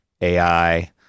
AI